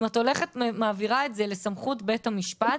אם את הולכת ומעבירה את זה לסמכות בית המשפט,